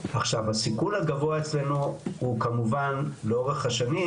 עכשיו הסיכון הגבוהה אצלנו הוא כמובן לאורך השנים,